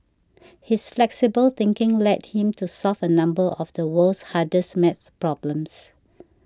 his flexible thinking led him to solve a number of the world's hardest math problems